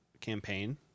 campaign